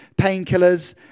painkillers